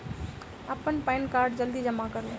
अप्पन पानि कार्ड जल्दी जमा करू?